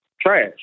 Trash